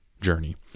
journey